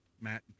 Matt